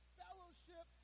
fellowship